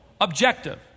objective